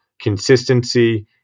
consistency